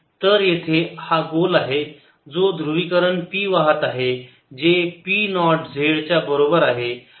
तर येथे हा गोल आहे जो ध्रुवीकरण p वाहत आहे जे p नॉट z च्या बरोबर आहे